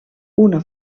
una